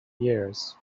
years